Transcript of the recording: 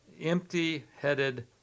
empty-headed